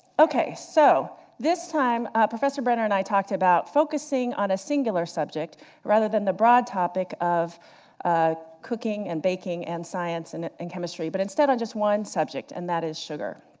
ok, so this time professor brenner and i talked about focusing on a singular subject rather than the broad topic of ah cooking and baking, and science and and chemistry, but instead on just one subject, and that is sugar.